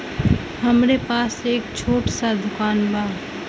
हमरे पास एक छोट स दुकान बा